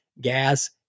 gas